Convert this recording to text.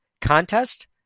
contest